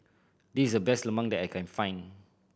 this is the best lemang that I can find